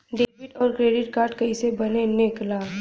Debit और credit card कईसे बने ने ला?